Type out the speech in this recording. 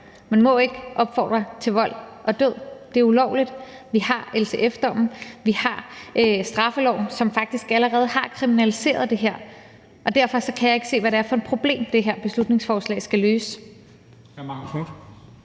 Man må ikke opfordre til vold og død; det er ulovligt. Vi har LTF-dommen, og vi har straffeloven, som faktisk allerede har kriminaliseret det her, og derfor kan jeg ikke se, hvad det er for et problem, det her beslutningsforslag skal løse.